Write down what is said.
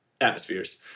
atmospheres